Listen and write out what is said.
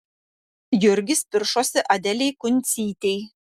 jurgis piršosi adelei kuncytei